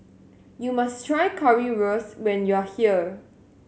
you must try Currywurst when you are here